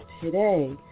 today